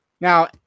Now